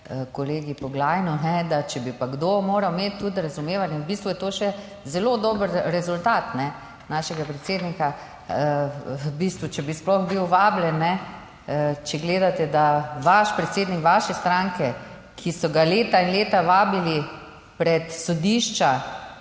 kolegi Poglajnu, da če bi pa kdo moral imeti tudi razumevanje, v bistvu je to še zelo dober rezultat našega predsednika v bistvu, če bi sploh bil vabljen. Če gledate, da vaš predsednik vaše stranke, ki so ga leta in leta vabili pred sodišča,